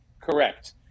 correct